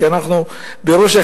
כי אנחנו בראש אחד,